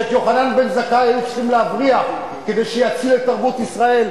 ואת יוחנן בן זכאי היו צריכים להבריח כדי שיציל את תרבות ישראל,